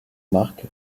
marc